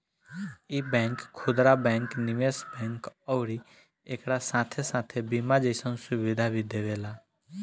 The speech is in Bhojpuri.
इ बैंक खुदरा बैंक, निवेश बैंक अउरी एकरा साथे साथे बीमा जइसन सुविधा भी देवेला